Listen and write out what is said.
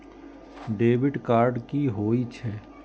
Debit card कि होई छै?